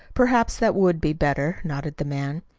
perhaps that would be better, nodded the man.